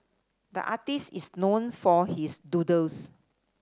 the artist is known for his doodles